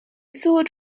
sword